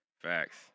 Facts